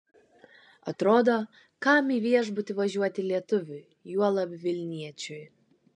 atrodo kam į viešbutį važiuoti lietuviui juolab vilniečiui